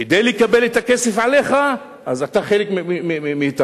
כדי לקבל את הכסף עליך אז אתה חלק מאתנו,